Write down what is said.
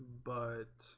but